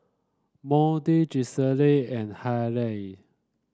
Moody Gisselle and Haylie